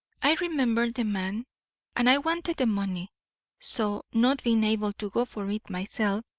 i remembered the man and i wanted the money so, not being able to go for it myself,